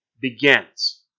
begins